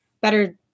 better